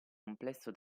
complesso